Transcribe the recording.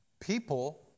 people